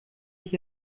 ich